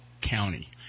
county